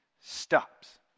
stops